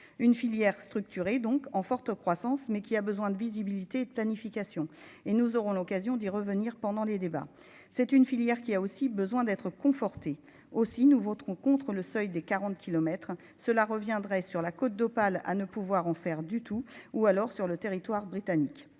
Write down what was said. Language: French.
Une filière structurée, donc en forte croissance mais qui a besoin de visibilité de planification et nous aurons l'occasion d'y revenir pendant les débats, c'est une filière qui a aussi besoin d'être conforté, aussi nous voterons contre le seuil des 40 kilomètres cela reviendrait sur la Côte d'Opale à ne pouvoir en faire du tout ou alors sur le territoire britannique,